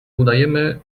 udajemy